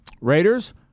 Raiders